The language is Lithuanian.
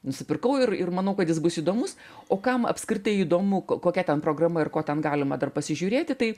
nusipirkau ir ir manau kad jis bus įdomus o kam apskritai įdomu ko kokia ten programa ir ko ten galima dar pasižiūrėti tai